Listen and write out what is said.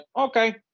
okay